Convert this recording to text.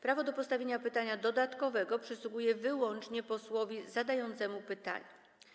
Prawo do postawienia pytania dodatkowego przysługuje wyłącznie posłowi zadającemu pytanie.